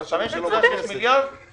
אגב, השנים שלך בבתי חולים זה השנים שלו בכנסת.